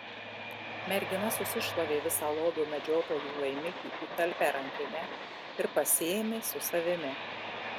mergina susišlavė visą lobio medžiotojų laimikį į talpią rankinę ir pasiėmė su savimi